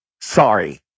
sorry